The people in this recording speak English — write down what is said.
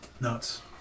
Nuts